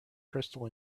crystal